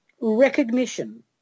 Recognition